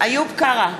איוב קרא,